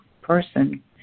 person